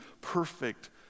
perfect